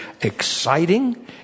exciting